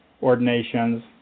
ordinations